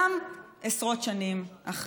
גם עשרות שנים אחרי.